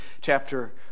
chapter